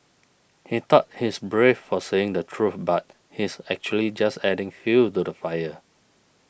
he thought he is brave for saying the truth but he is actually just adding fuel to the fire